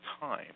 time